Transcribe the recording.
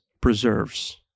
preserves